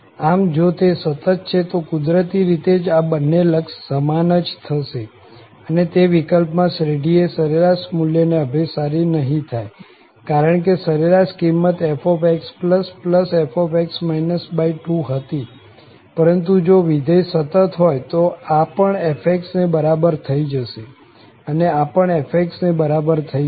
આમ જો તે સતત છે તો કુદરતી રીતે જ આ બન્ને લક્ષ સમાન જ થશે અને તે વિકલ્પમાં શ્રેઢીએ સરેરાશ મુલ્યને અભિસારી નહિ થાય કારણ કે સરેરાશ કિંમત fxfx 2 હતી પરંતુ જો વિધેય સતત હોય તો આ પણ fx ને બરાબર થઇ જશે અને આ પણ f ને બરાબર થઇ જશે